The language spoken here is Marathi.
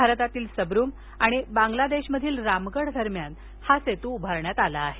भारतातील सबरूम आणि बांगलादेशमधील रामगढ दरम्यान हा सेतू उभारण्यात आला आहे